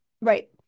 Right